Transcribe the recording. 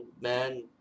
man